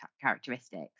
characteristics